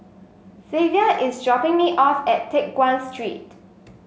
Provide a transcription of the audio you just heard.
Zavier is dropping me off at Teck Guan Street